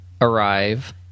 arrive